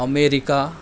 America